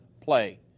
play